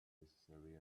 necessary